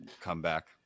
comeback